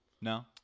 No